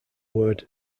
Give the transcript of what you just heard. word